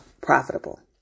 profitable